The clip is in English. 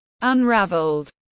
Unraveled